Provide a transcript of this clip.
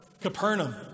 Capernaum